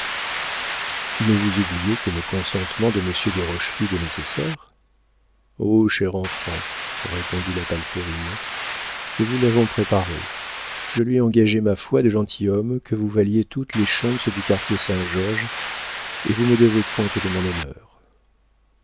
mais vous oubliez que le consentement de monsieur de rochefide est nécessaire oh chère enfant répondit la palférine nous vous l'avons préparé je lui ai engagé ma foi de gentilhomme que vous valiez toutes les schontz du quartier saint-georges et vous me devez compte de mon honneur